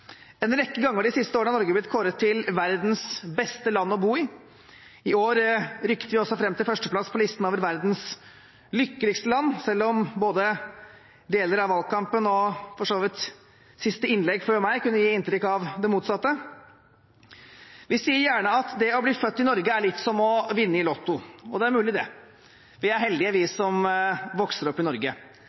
En rekke ganger de siste årene har Norge blitt kåret til verdens beste land å bo i. I år rykket vi også fram til førsteplass på listen over verdens lykkeligste land, selv om deler av valgkampen – og for så vidt siste innlegg før meg – kunne gi inntrykk av det motsatte. Vi sier gjerne at det å bli født i Norge er litt som å vinne i Lotto. Det er mulig, det. Vi er heldige, vi som vokser opp i Norge.